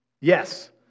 Yes